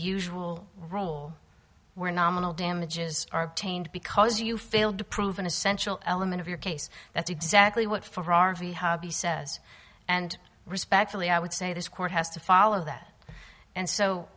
usual role were nominal damages are tainted because you failed to prove an essential element of your case that's exactly what former r v hobby says and respectfully i would say this court has to follow that and so